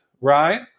right